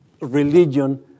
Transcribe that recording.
religion